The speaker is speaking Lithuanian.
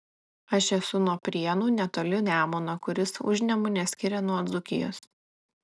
aš esu nuo prienų netoli nemuno kuris užnemunę skiria nuo dzūkijos